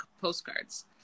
postcards